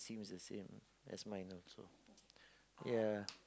seems the same as mine also yeah